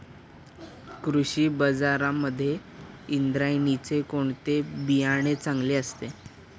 कृषी बाजारांमध्ये इंद्रायणीचे कोणते बियाणे चांगले असते?